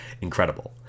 incredible